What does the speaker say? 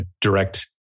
direct